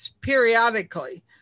periodically